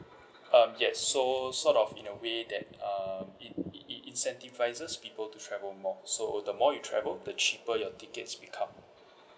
um yes so sort of in a way that uh it in~ in~ incentivises people to travel more so the more you travel the cheaper your tickets become